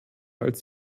als